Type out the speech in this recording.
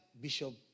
Bishop